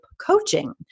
coaching